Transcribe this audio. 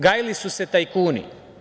Gajili su se tajkuni.